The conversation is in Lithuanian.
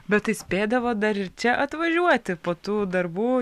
bet tai spėdavot dar ir čia atvažiuoti po tų darbų